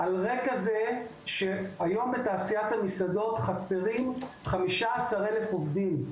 רקע זה שהיום בתעשיית המסעדות חסרים 15,000 עובדים.